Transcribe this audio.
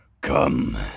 come